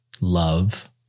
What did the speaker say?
love